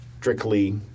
strictly